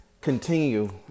continue